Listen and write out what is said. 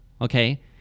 Okay